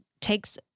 takes